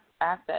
asset